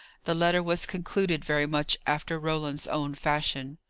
the letter was concluded very much after roland's own fashion.